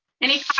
any